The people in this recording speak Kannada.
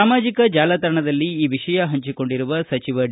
ಸಾಮಾಜಿಕ ಜಾಲತಾಣದಲ್ಲಿ ಈ ವಿಷಯ ಪಂಚಿಕೊಂಡಿರುವ ಸಚಿವ ಡಿ